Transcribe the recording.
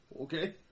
Okay